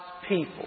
people